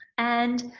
and,